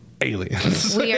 aliens